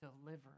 delivered